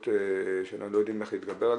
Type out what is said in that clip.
מחלות שלא יודעים איך להתגבר עליהן.